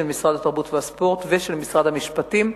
משרד התרבות והספורט ושל משרד המשפטים.